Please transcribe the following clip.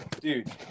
dude